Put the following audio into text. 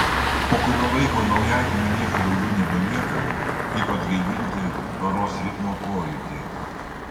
po kurio laiko naujagimiui nieko daugiau nebelieka kaip atgaivinti paros ritmo pojūtį